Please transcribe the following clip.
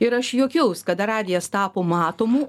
ir aš juokiaus kada radijas tapo matomu